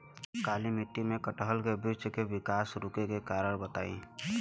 काली मिट्टी में कटहल के बृच्छ के विकास रुके के कारण बताई?